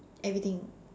everything